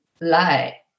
lie